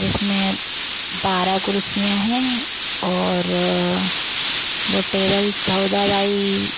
जिसमें बारह कुर्सियाँ हैं और वो टेबल चौदह बाइ